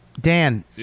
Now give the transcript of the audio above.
Dan